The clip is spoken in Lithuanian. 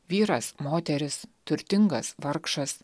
vyras moteris turtingas vargšas